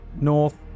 north